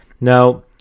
Now